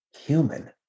human